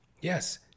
Yes